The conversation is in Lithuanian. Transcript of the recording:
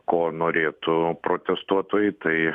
ko norėtų protestuotojai tai